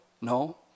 No